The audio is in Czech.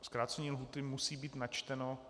Zkrácení lhůty musí být načteno.